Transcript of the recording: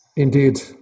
Indeed